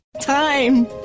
time